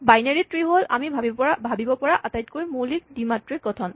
binary tree হ'ল আমি ভাৱিব পৰা আটাইতকৈ মৌলিক দ্বিমাত্ৰিক গঠন